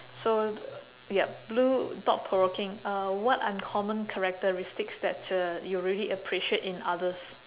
so yup blue thought provoking uh what uncommon characteristics that uh you really appreciate in others